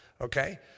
Okay